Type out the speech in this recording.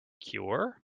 cure